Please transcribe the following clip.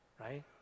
right